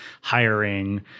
hiring